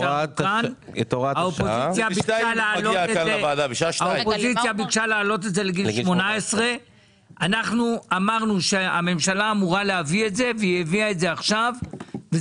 האופוזיציה ביקשה להעלות את זה לגיל 18. זה מגיע